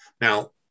Now